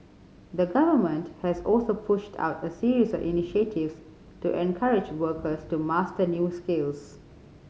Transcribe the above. the Government has also pushed out a series of initiatives to encourage workers to master new skills